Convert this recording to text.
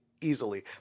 easily